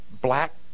black